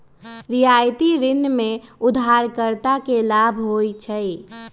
रियायती ऋण में उधारकर्ता के लाभ होइ छइ